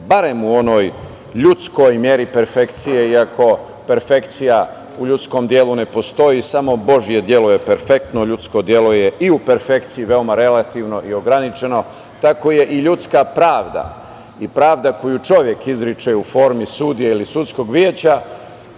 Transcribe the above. barem u onoj ljudskoj meri perfekcije, iako perfekcija u ljudskom delu na postoji. Samo Božije delo je perfektno, ljudsko delo je i u perfekciji veoma relativno i ograničeno. Tako je i ljudska pravda i pravda koju čovek izriče u formi sudije ili sudskog veća,